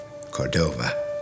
Cordova